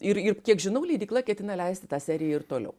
ir ir kiek žinau leidykla ketina leisti tą seriją ir toliau